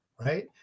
right